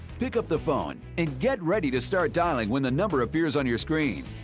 pick up the phone and get ready to start dialing when the number appears on your screen.